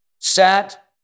sat